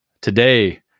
Today